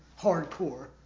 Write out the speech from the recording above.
hardcore